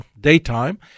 daytime